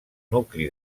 nucli